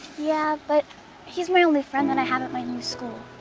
yeah. but he's my only friend that i have at my new school.